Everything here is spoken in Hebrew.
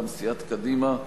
מטעם סיעת קדימה,